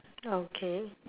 okay